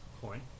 coin